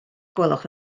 gwelwch